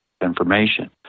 information